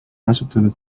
kasutada